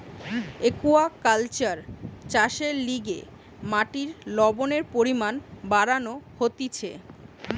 aquaculture চাষের লিগে মাটির লবণের পরিমান বাড়ানো হতিছে